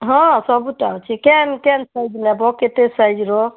ହଁ ସବୁଟା ଅଛି କେନ୍ କେନ୍ ସାଇଜ୍ ନେବ କେତେ ସାଇଜ୍ର